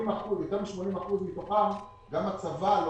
יותר מ-80% מהאנשים בתוך הרשימה הצבא לא